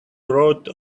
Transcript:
wrote